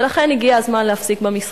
ולכן הגיע הזמן להפסיק במשחק,